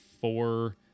four